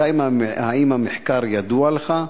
2. האם המחקר ידוע לך?